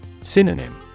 Synonym